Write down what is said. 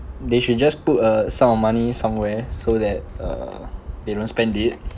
they should just put a sum of money somewhere so that uh they don't spend it